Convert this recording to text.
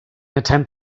attempt